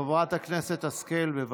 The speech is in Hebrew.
חברת הכנסת השכל, בבקשה.